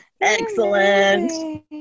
Excellent